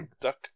duck